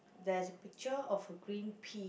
there's a picture of a green pea